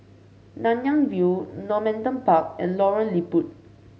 Nanyang View Normanton Park and Lorong Liput